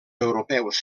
europeus